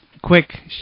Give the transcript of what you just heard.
quick